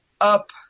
up